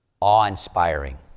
awe-inspiring